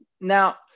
Now